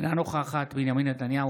אינה נוכחת בנימין נתניהו,